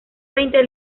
veinte